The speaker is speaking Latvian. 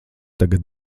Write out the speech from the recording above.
tagad